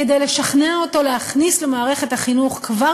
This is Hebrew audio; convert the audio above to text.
כדי לשכנע אותו להכניס למערכת החינוך כבר